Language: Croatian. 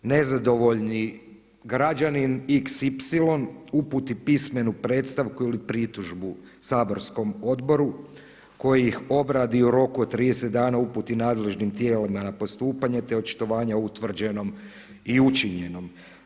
Nezadovoljni građanin xy uputi pismenu predstavku ili pritužbu saborskom odboru koji ih obradi u roku od 30 dana, uputi nadležnim tijelima na postupanje, te očitovanja utvrđenom i učinjenom.